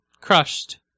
crushed